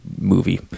movie